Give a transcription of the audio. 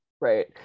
Right